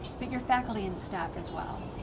but your faculty and staff as well.